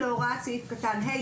להוראת סעיף קטן (ה),